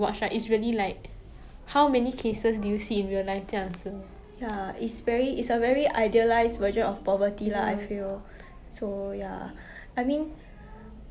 third wish right I think my third wish